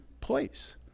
place